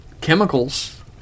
Chemicals